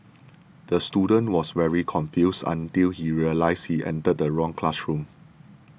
the student was very confused until he realised he entered the wrong classroom